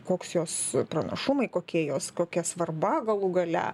koks jos pranašumai kokie jos kokia svarba galų gale